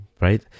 right